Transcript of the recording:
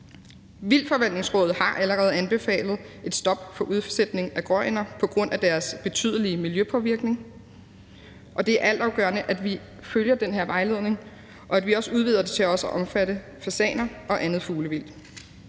Vildtforvaltningsrådet har allerede anbefalet et stop for udsætning af gråænder på grund af deres betydelige miljøpåvirkning, og det er altafgørende, at vi følger den her vejledning, og at vi også udvider den til også at omfatte fasaner og andet fuglevildt.